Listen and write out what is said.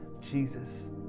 Jesus